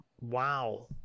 wow